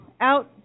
out